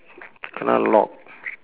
kena lock